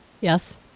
Yes